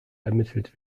ermittelt